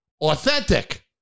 Authentic